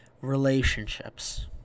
relationships